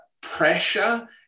pressure